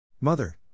Mother